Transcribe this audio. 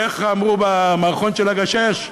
איך אמרו במערכון של "הגשש"?